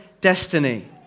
destiny